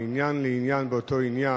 מעניין לעניין באותו עניין.